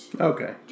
Okay